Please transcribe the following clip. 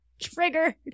Triggered